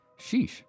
Sheesh